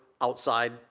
outside